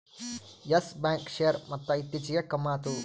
Yes Bank share ಮೊತ್ತ ಇತ್ತೀಚಿಗೆ ಕಮ್ಮ್ಯಾತು